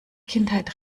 kindheit